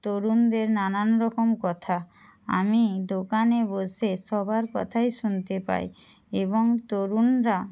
তরুণদের নানান রকম কথা আমি দোকানে বসে সবার কথাই শুনতে পাই এবং তরুণরা